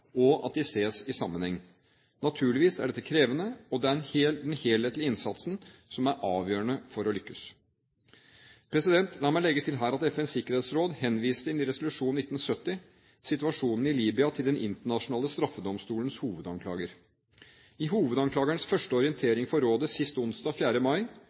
og at de ses i sammenheng. Naturligvis er dette krevende, og det er den helhetlige innsatsen som er avgjørende for å lykkes. La meg legge til her at FNs sikkerhetsråd i resolusjon 1970 henviste situasjonen i Libya til Den internasjonale straffedomstolens hovedanklager. I hovedanklagerens første orientering for rådet sist onsdag – 4. mai